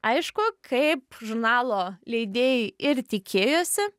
aišku kaip žurnalo leidėjai ir tikėjosi